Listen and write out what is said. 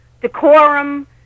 decorum